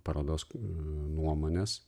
parodos nuomonės